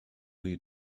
lead